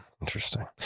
interesting